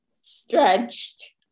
stretched